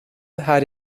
her